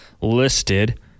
listed